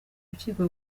rukiko